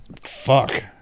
Fuck